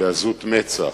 בעזות מצח,